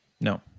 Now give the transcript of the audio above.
No